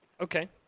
Okay